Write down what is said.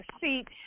seat